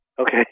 Okay